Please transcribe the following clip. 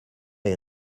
est